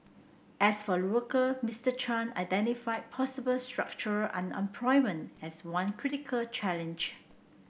as for worker Mister Chan identified possible structural unemployment as one critical challenge